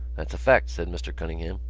that's a fact, said mr. cunningham.